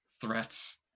threats